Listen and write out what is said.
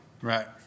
Right